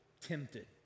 tempted